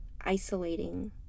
isolating